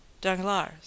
Danglars